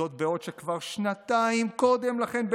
זאת בעוד שכבר שנתיים קודם לכן,